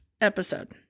episode